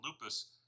lupus